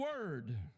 word